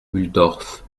mulhdorf